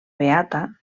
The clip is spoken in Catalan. beata